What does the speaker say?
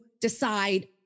decide